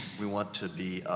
we want to be,